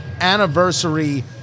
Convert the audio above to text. anniversary